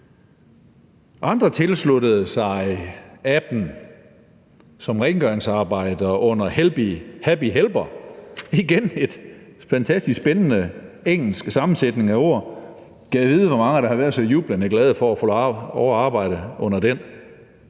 Andre tilsluttede sig som rengøringsarbejder under appen Happy Helper – igen en fantastisk spændende engelsk sammensætning af ord. Gad vide, hvor mange der har været så jublende glade for at få lov at arbejde under den.